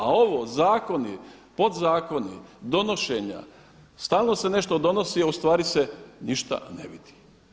A ovo zakoni, podzakoni, donošenja, stalno se nešto donosi, a ustvari se ništa ne vidi.